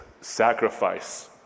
sacrifice